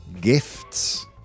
Gifts